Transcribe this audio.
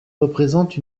représente